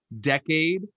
decade